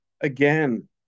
again